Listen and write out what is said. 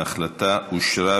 ההחלטה אושרה.